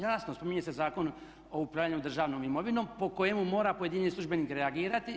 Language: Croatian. Jasno, spominje se Zakon o upravljanju državnom imovinom po kojemu mora pojedini službenik reagirati.